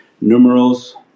numerals